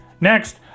Next